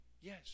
Yes